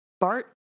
Bart